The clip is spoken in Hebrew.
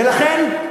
ולכן,